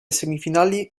semifinali